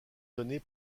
donnée